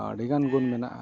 ᱟᱹᱰᱤᱜᱟᱱ ᱜᱩᱱ ᱢᱮᱱᱟᱜᱼᱟ